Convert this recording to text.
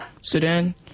Sudan